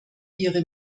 ihre